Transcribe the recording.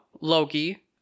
Loki